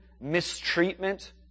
mistreatment